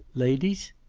ladies?